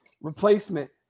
replacement